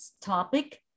topic